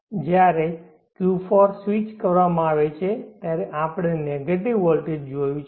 તેથી જ્યારે Q4 switch કરવામાં આવે છે ત્યારે આપણે નેગેટિવ વોલ્ટેજ જોયું છે